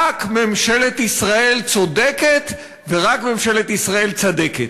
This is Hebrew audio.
רק ממשלת ישראל צודקת, ורק ממשלת ישראל צַדֶקֶת.